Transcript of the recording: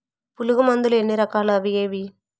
పులుగు మందులు ఎన్ని రకాలు అవి ఏవి?